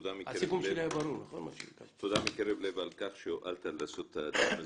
תודה מקרב לב על כך שהועלת לעשות את הדיון הזה.